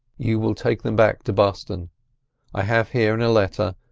you will take them back to boston i have here, in a letter,